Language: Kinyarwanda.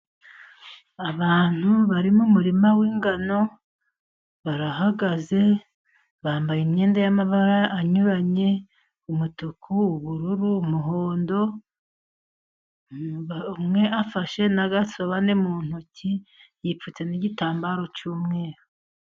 Abantu bari mu umurima w'ingano, barahagaze, bambaye imyenda y'amabara anyuranye, umutuku, ubururu, umuhondo, umwe afashe n'agasobane mu ntoki, yipfutse n'igitambaro cy'umweru.